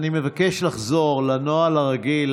אני מבקש לחזור לנוהל הרגיל,